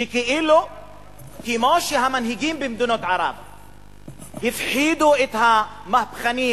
וכמו שהמנהיגים במדינות ערב הפחידו את המהפכנים